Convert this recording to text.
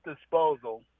Disposal